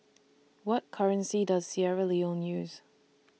What currency Does Sierra Leone use